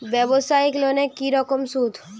ব্যবসায়িক লোনে কি রকম সুদ?